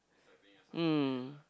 um